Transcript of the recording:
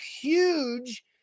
huge